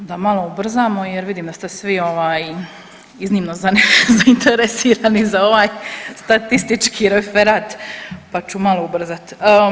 Da malo ubrzamo jer vidim da ste svi ovaj, iznimno zainteresirani za ovaj statistički referat pa ću malo ubrzati.